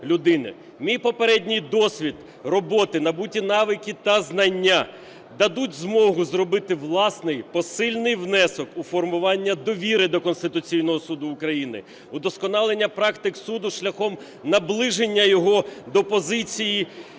Мій попередній досвід роботи, набуті навики та знання дадуть змогу зробити власний посильний внесок у формування довіри до Конституційного Суду України, удосконалення практик суду шляхом наближення його до позиції